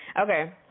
Okay